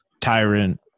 Tyrant